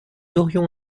aurions